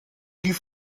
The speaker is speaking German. die